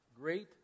great